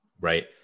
Right